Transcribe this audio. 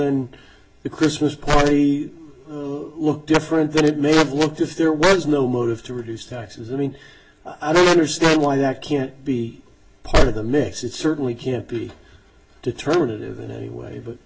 than the christmas party look different that it may have looked if there was no motive to reduce taxes i mean i don't understand why that can't be part of the mix it certainly can't be determinative in any way but